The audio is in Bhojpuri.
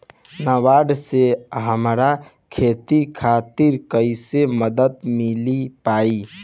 नाबार्ड से हमरा खेती खातिर कैसे मदद मिल पायी?